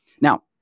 Now